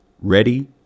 ready